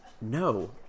No